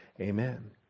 Amen